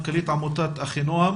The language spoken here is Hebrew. מנכ"לית עמותת אחינועם.